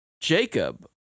Jacob—